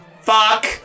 Fuck